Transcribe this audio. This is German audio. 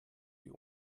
die